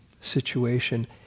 situation